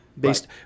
Based